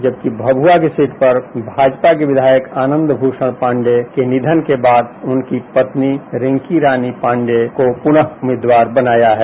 जबकि भभुआ की सीट पर भाजपा के विधायक आनंद भूषण पांडेय के निधन के बाद उनकी पत्नी रिंकी रानी पांडेय पार्टी की उम्मीदवार है